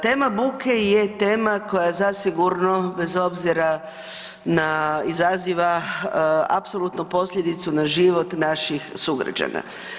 Tema buke je tema koja zasigurno, bez obzira na, izaziva apsolutno posljedicu na život naših sugrađana.